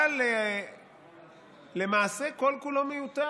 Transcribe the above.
אבל למעשה, כל-כולו מיותר,